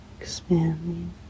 expanding